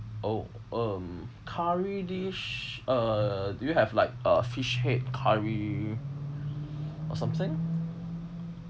oh um curry dish uh do you have like uh fish head curry or something